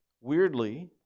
weirdly